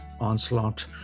onslaught